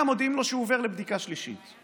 מודיעים לו שהוא עובר לבדיקה שלישית.